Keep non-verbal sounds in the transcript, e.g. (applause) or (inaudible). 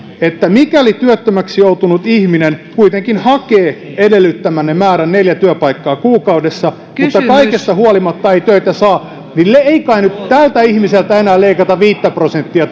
mikäli työttömäksi joutunut ihminen kuitenkin hakee edellyttämänne määrän neljä työpaikkaa kuukaudessa mutta kaikesta huolimatta ei töitä saa niin ei kai tältä ihmiseltä nyt enää leikata viittä prosenttia (unintelligible)